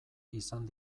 izango